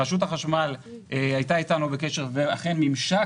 רשות החשמל הייתה אתנו בקשר ואכן מימשה